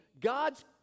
God's